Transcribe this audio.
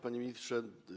Panie Ministrze!